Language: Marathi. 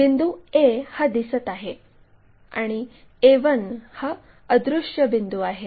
बिंदू A हा दिसत आहे आणि A1 हा अदृश्य बिंदू आहे